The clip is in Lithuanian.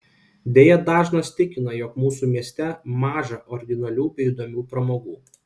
deja dažnas tikina jog mūsų mieste maža originalių bei įdomių pramogų